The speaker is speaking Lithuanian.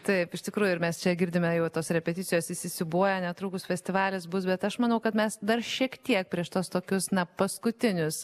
taip iš tikrųjų ir mes čia girdime jau tos repeticijos įsisiūbuoja netrukus festivalis bus bet aš manau kad mes dar šiek tiek prieš tuos tokius na paskutinius